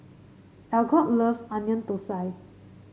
Algot loves Onion Thosai